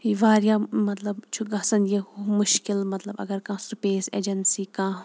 یہِ واریاہ مطلب چھُ گژھان یہِ ہُہ مُشکِل مطلب اگر کانٛہہ سُپیس اٮ۪جَنسی کانٛہہ